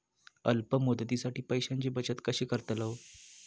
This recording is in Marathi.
अल्प मुदतीसाठी पैशांची बचत कशी करतलव?